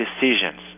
decisions